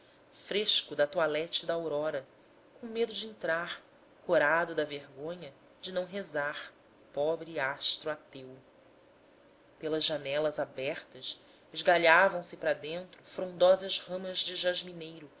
fresco da toilette da aurora com medo de entrar corado da vergonha de não rezar pobre astro ateu pelas janelas abertas esgalhavam se para dentro frondosas ramas de